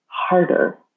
harder